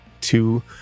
two